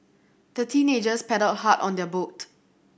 the teenagers paddled hard on their boat